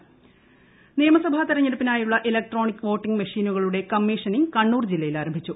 Kannur intro നിയമസഭാ തിരഞ്ഞെടുപ്പിന്റായുള്ള electronic voting മെഷീനുകളുടെ കമ്മീഷ്യൂറ്റീങ്ങ് കണ്ണൂർ ജില്ലയിൽ ആരംഭിച്ചു